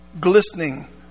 glistening